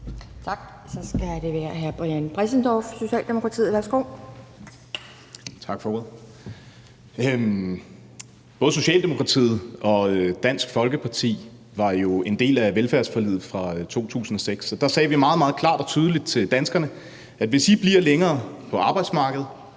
Tak. Så er det hr. Brian Bressendorff, Socialdemokratiet. Værsgo. Kl. 12:21 Brian Bressendorff (S): Tak for ordet. Både Socialdemokratiet og Dansk Folkeparti var jo en del af velfærdsforliget fra 2006, og der sagde vi meget, meget klart og tydeligt til danskerne: Hvis I bliver længere på arbejdsmarkedet,